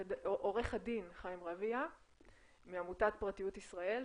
עורך הדין חיים רביה מעמותת "פרטיות ישראל",